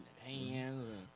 Hands